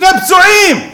שני פצועים,